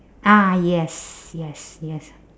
ah yes yes yes